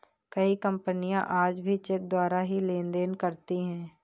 कई कपनियाँ आज भी चेक द्वारा ही लेन देन करती हैं